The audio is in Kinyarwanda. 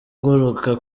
uguruka